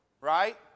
Right